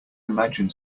imagine